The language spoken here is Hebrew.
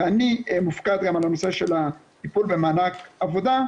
ואני מופקד גם על הנושא של הטיפול במענק עבודה,